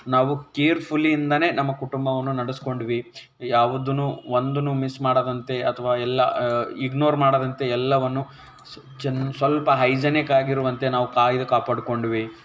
ನಾವು ಕೇರ್ಫುಲಿ ಇಂದಲೇ ನಮ್ಮ ಕುಟುಂಬವನ್ನು ನಡೆಸ್ಕೊಂಡ್ವಿ ಯಾವುದು ಒಂದನ್ನು ಮಿಸ್ ಮಾಡದಂತೆ ಅಥ್ವಾ ಎಲ್ಲ ಇಗ್ನೋರ್ ಮಾಡದಂತೆ ಎಲ್ಲವನ್ನು ಸು ಚೆನ್ನ ಸ್ವಲ್ಪ ಹೈಜೆನಿಕ್ ಆಗಿರುವಂತೆ ನಾವು ಕಾಯ್ದು ಕಾಪಾಡಿಕೊಂಡ್ವಿ